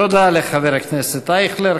תודה לחבר הכנסת אייכלר.